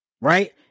right